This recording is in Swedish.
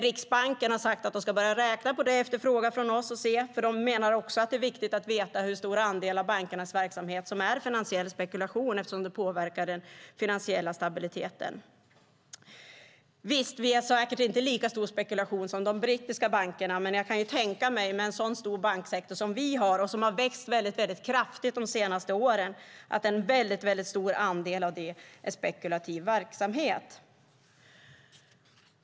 Riksbanken har på en fråga från oss svarat att de ska börja räkna på det, för de menar också att det är viktigt att veta hur stor andel av bankernas verksamhet som är finansiell spekulation, eftersom det påverkar den finansiella stabiliteten. Vi har säkert inte lika stor spekulation som de brittiska bankerna, men med en så stor banksektor som vi har - den har vuxit väldigt kraftigt de senaste åren - kan jag tänka mig att en väldigt stor andel är spekulativ verksamhet.